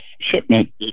shipment